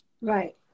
Right